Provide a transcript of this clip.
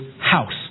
house